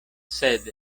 sed